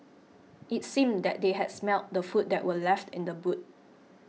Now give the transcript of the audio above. it seemed that they had smelt the food that were left in the boot